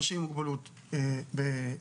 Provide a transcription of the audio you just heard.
אנשים עם מוגבלות שכלית,